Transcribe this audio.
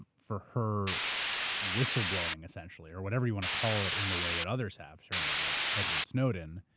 for her whistle-blowing, essentially or whatever you want to call it in the way that others have, certainly like edward snowden,